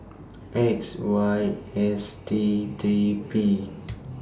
X Y S T three P